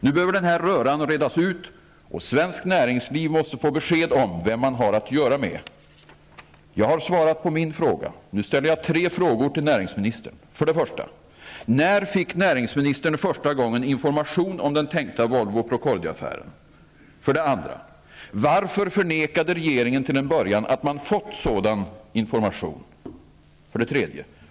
Nu behöver den här röran redas ut, och svenskt näringsliv måste få besked om vem man har att göra med. Jag har svarat på min fråga. Nu ställer jag tre frågor till näringsministern: 1. När fick näringsministern första gången information om den tänkta Volvo 2. Varför förnekade regeringen till en början att man fått sådan information? 3.